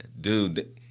dude